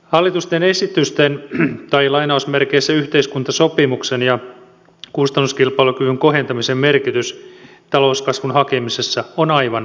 hallituksen esitysten tai yhteiskuntasopimuksen ja kustannuskilpailukyvyn kohentamisen merkitys talouskasvun hakemisessa on aivan oleellinen